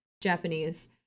Japanese